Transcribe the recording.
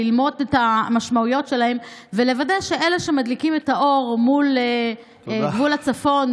ללמוד את המשמעויות שלהן ולוודא שאלה שמדליקים את האור מול גבול הצפון,